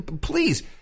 Please